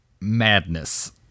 madness